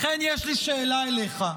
לכן, יש לי שאלה אליך: